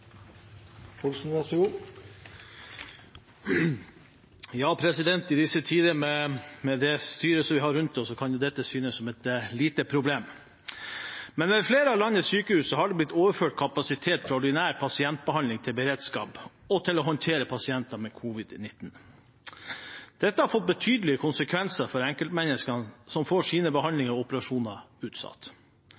det styret vi har rundt oss, kan dette synes som et lite problem, men ved flere av landets sykehus har det blitt overført kapasitet fra ordinær pasientbehandling til beredskap og til å håndtere pasienter med covid-19. Dette har fått betydelige konsekvenser for enkeltmenneskene som får sine